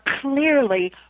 clearly